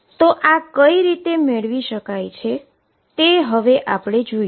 તો આ કઈ રીતે મેળવી શકીએ